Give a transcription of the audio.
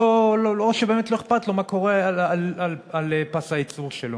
או שבאמת לא אכפת לו מה קורה על פס הייצור שלו.